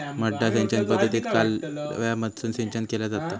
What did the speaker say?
मड्डा सिंचन पद्धतीत कालव्यामधसून सिंचन केला जाता